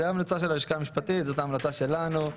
זו ההמלצה של הלשכה המשפטית, זאת ההמלצה שלנו,